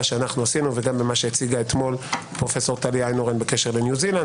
שעשינו וגם במה שהציגה אתמול פרופ' טליה איינהורן בקשר לניו זילנד